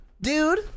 dude